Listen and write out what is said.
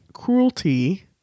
cruelty